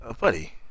buddy